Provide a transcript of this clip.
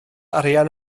arian